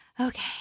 Okay